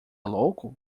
louco